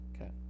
Okay